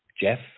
Jeff